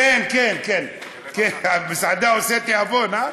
כן כן כן כן, המסעדה עושה תיאבון, אה?